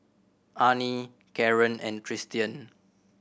Arnie Caren and Tristian